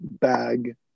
bag